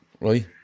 right